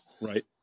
Right